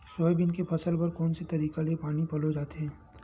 Soybean के फसल बर कोन से तरीका ले पानी पलोय जाथे?